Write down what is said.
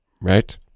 Right